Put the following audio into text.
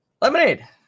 Lemonade